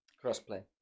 Cross-play